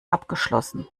abgeschlossen